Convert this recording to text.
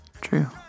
True